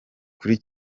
kuri